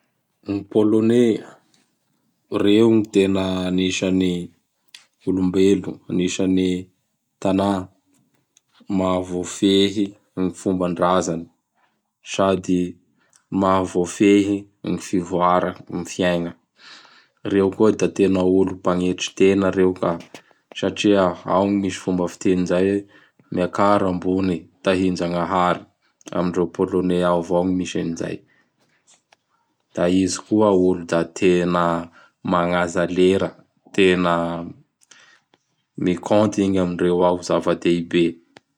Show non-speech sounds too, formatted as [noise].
[noise] N polonais, [noise] reo gn tena anisany olombelo, anisan'ny tana [noise] mavoafehy ny fombandrazany sady mavoafehy gn fivoara am fiaigna. [noise] Reo koa da tena olo mpagnetry tena reo ka [noise] satria ao gny misy fomba fiteny izay hoe: Miakara ambony, tahin-Jagnahary. Amindreo Polonais ao avao gny misy an'izay. Da izay olo da tena magnaja lera, tena [noise] mikônty igny amindreo ao zava-dehibe. [noise]